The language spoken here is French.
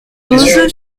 douze